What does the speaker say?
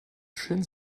schön